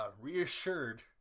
reassured